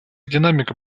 динамика